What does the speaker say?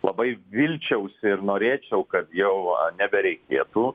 labai vilčiausi ir norėčiau kad jau nebereikėtų